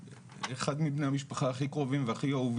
הגברת המענים בשעת משבר בקהילה יכולים להביא גם להפחתת האשפוז